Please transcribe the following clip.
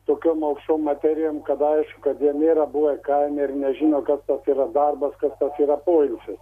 tokiom aukštom materijom kad aišku kad jie nėra buvę kaime ir nežino kas tas yra darbas kas tas yra poilsis